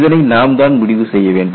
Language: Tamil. இதனை நாம்தான் முடிவு செய்ய வேண்டும்